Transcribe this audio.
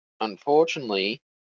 unfortunately